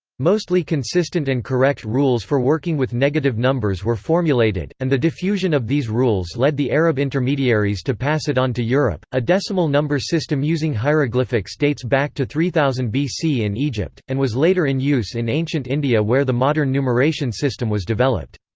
mostly consistent and correct rules for working with negative numbers were formulated, and the diffusion of these rules led the arab intermediaries to pass it on to europe a decimal number system using hieroglyphics dates back to three thousand bc in egypt, and was later in use in ancient india where the modern numeration system was developed.